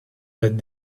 that